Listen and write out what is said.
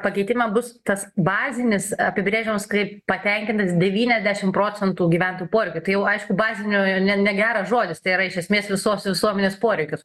pakeitime bus tas bazinis apibrėžiamas kaip patenkintas devyniasdešim procentų gyventojų poreikių tai jau aišku bazinio ne negeras žodis tai yra iš esmės visos visuomenės poreikius